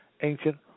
ancient